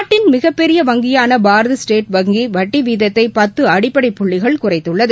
நாட்டின் மிகப்பெரிய வங்கியான பாரத ஸ்டேட் வங்கி வட்டி விகிதத்தில் பத்து அடிப்படை புள்ளிகள் குறைத்துள்ளது